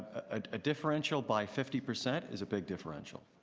ah a differential by fifty percent is a big differential.